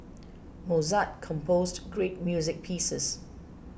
Mozart composed great music pieces